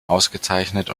ausgezeichnet